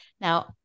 now